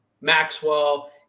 Maxwell